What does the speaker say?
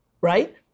right